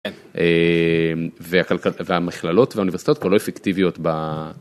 והמכללות והאוניברסיטאות כבר לא אפקטיביות.